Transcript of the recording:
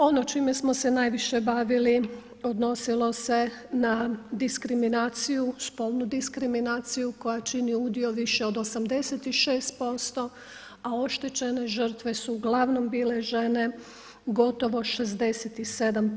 Ono čime smo se najviše bavili odnosilo se na diskriminaciju, spolnu diskriminaciju koja čini udio više od 86%, a oštećene žrtve su uglavnom bile žene, gotovo 67%